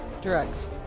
Drugs